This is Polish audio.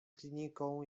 kliniką